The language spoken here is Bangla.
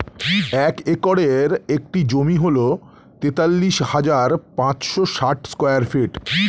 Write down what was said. এক একরের একটি জমি হল তেতাল্লিশ হাজার পাঁচশ ষাট স্কয়ার ফিট